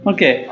Okay